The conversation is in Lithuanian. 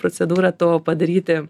procedūrą to padaryti